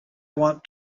want